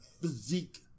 physique